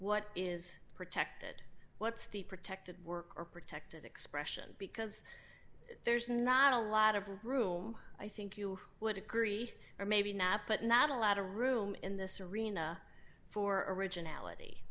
what is protected what's the protected work or protected expression because there's not a lot of room i think you would agree or maybe not but not a lot of room in this arena for originality